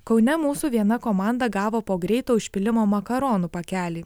kaune mūsų viena komanda gavo po greito užpylimo makaronų pakelį